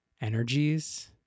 energies